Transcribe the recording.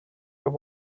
your